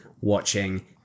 watching